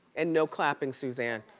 and no clapping, suzanne.